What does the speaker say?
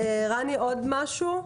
רני, עוד משהו?